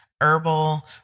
herbal